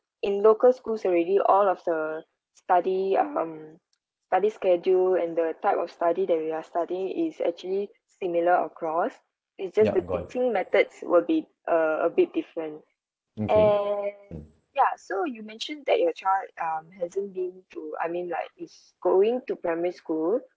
in local schools already all of the study um study schedule and the type of study that we are studying is actually similar across it's just the teaching methods will be err a bit different and ya so you mentioned that your child um hasn't been to I mean like is going to primary school